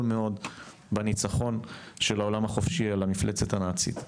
מאוד בניצחון של העולם החופשי על המפלצת הנאצית.